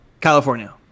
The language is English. California